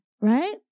right